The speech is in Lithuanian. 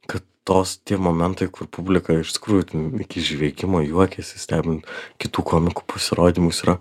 kad tos tie momentai kur publika iš tikrųjų ten iki žviegimo juokiasi stebint kitų komikų pasirodymus yra